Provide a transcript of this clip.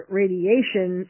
radiation